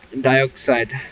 dioxide